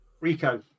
Rico